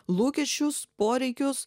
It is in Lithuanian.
lūkesčius poreikius